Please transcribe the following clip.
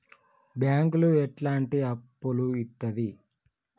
బ్యాంకులు ఎట్లాంటి అప్పులు ఇత్తది?